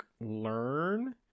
learn